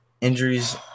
injuries